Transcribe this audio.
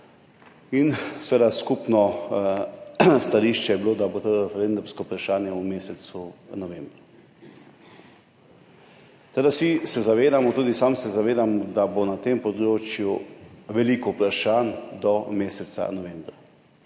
Levice. Skupno stališče je bilo, da bo to referendumsko vprašanje v mesecu novembru. Vsi se zavedamo, tudi sam se zavedam, da bo na tem področju veliko vprašanj do meseca novembra,